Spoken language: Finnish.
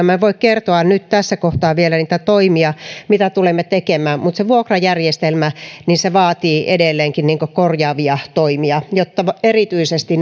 minä en voi kertoa nyt tässä kohtaa vielä niitä toimia mitä me tulemme ihan lähiaikoina tekemään mutta se vuokrajärjestelmä vaatii edelleenkin korjaavia toimia jotta erityisesti